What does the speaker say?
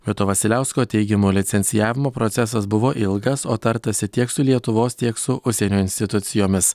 vito vasiliausko teigimu licencijavimo procesas buvo ilgas o tartasi tiek su lietuvos tiek su užsienio institucijomis